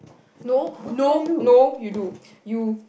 no no no you do you